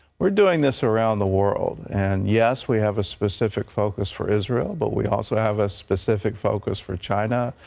we're doing this around the world. and, yes, we have a specific focus for israel. but we also have a specific focus for china,